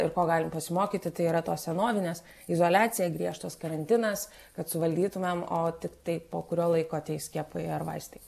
ir ko galim pasimokyti tai yra tos senovinės izoliacija griežtas karantinas kad suvaldytumėm o tiktai po kurio laiko ateis skiepai ar vaistai